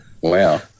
wow